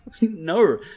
No